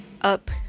up